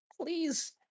Please